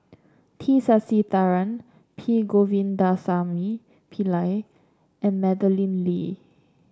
T Sasitharan P Govindasamy Pillai and Madeleine Lee